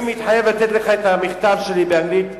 ואני מתחייב לתת לך את המכתב שלי באנגלית,